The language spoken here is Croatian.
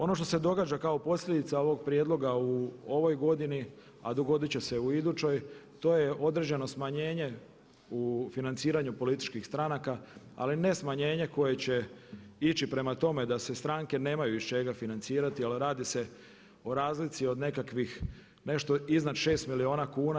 Ono što se događa kao posljedica ovog prijedloga u ovoj godini a dogoditi će se i u idućoj to je određeno smanjenje u financiranju političkih stranaka ali ne smanjenje koje će ići prema tome da se stranke nemaju iz čega financirati ali radi se o razlici o nekakvih nešto iznad 6 milijuna kuna.